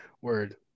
word